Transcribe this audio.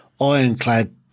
ironclad